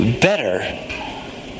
better